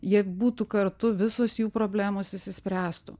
jie būtų kartu visos jų problemos išsispręstų